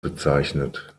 bezeichnet